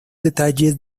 detalles